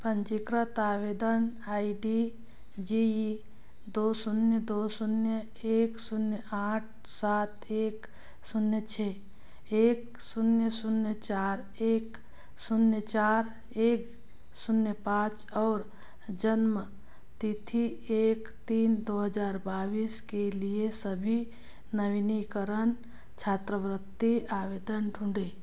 पंजीकृत आवेदन I D G E दो शून्य दो शून्य एक शून्य आठ सात एक शून्य छः एक शून्य शून्य चार एक शून्य चार एक शून्य पाँच और जन्म तिथि एक तीन दो हज़ार बाईस के लिए सभी नवीनीकरण छात्रवृत्ति आवेदन ढूँढें